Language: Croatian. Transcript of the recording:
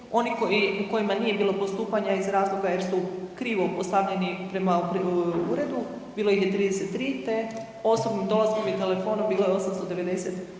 oni u kojima nije bilo postupanja iz razloga jer su krivo postavljeni prema uredu bilo ih je 33 te osobnim dolaskom i telefonom bilo je 890